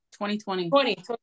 2020